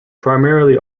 primarily